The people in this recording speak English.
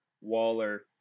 Waller